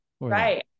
right